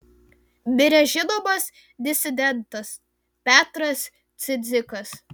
mirė žinomas disidentas petras cidzikas